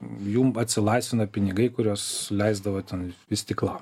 jum atsilaisvina pinigai kuriuos leisdavot ten vystyklam